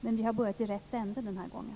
Men vi har börjat i rätt ända den här gången.